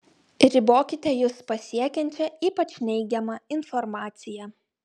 ribokite jus pasiekiančią ypač neigiamą informaciją